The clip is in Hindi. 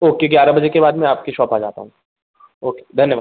ओके ग्यारह बजे के बाद मैं आपकी शॉप आ जाता हूँ ओके धन्यवाद